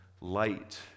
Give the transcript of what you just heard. light